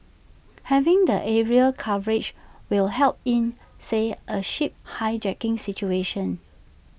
having the aerial coverage will help in say A ship hijacking situation